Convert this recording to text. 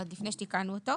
עוד לפני שתיקנו אותו,